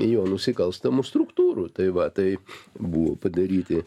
jo nusikalstamų struktūrų tai va tai buvo padaryti